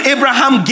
Abraham